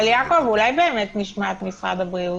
אבל, יעקב, אולי באמת נשמע את משרד הבריאות,